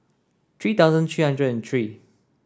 three thousand three hundred and three